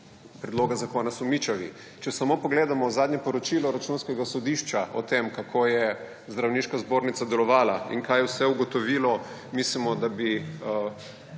(nadaljevanje) sumničavi. Če samo pogledamo zadnje poročilo Računskega sodišča o tem, kako je zdravniška zbornica delovala in kaj vse je ugotovilo, mislimo, da bi